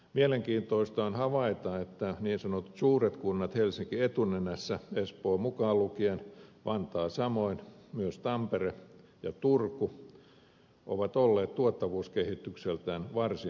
mielenkiintoista on havaita että niin sanotut suuret kunnat helsinki etunenässä espoo mukaan lukien vantaa samoin myös tampere ja turku ovat olleet tuottavuuskehitykseltään varsin heikkoja